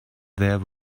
there